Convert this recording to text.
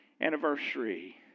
anniversary